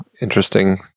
interesting